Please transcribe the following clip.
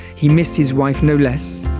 he missed his wife no less,